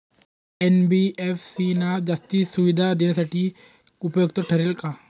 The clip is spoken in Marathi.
एन.बी.एफ.सी ना जास्तीच्या सुविधा देण्यासाठी उपयुक्त ठरेल का?